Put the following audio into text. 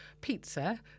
pizza